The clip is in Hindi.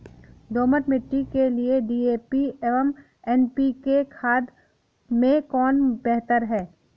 दोमट मिट्टी के लिए डी.ए.पी एवं एन.पी.के खाद में कौन बेहतर है?